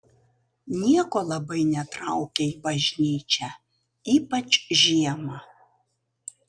nieko labai netraukia į bažnyčią ypač žiemą